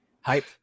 Hype